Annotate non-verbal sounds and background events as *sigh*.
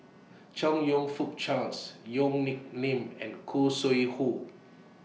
*noise* Chong YOU Fook Charles Yong Nyuk Lin and Khoo Sui Hoe